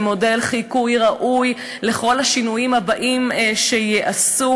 זה מודל ראוי לחיקוי בכל השינויים הבאים שייעשו.